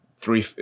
three